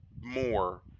more